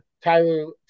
Tyler